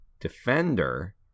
defender